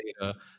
data